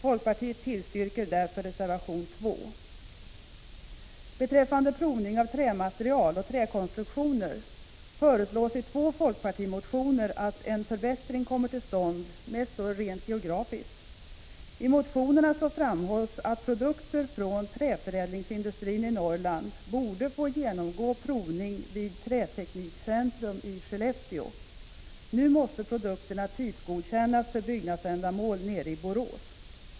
Folkpartiet tillstyrker därför reservation 5 Beträffande provning av trämaterial och träkonstruktioner föreslås i två folkpartimotioner att en förbättring kommer till stånd, mest rent geografiskt. I motionerna framhålls att produkter från träförädlingsindustrin i Norrland borde få genomgå provning vid Träteknikcentrum i Skellefteå. Nu måste produkterna typgodkännas för byggnadsändamål nere i Borås.